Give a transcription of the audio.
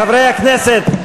חברי הכנסת,